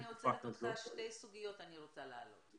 אני עוצרת אותך, שתי סוגיות אני רוצה להעלות.